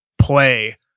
play